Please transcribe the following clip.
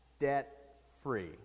debt-free